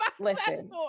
listen